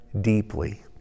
deeply